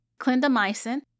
Clindamycin